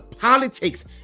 politics